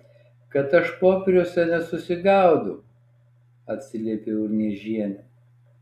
kad aš popieriuose nesusigaudau atsiliepė urniežienė